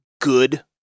good